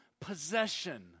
possession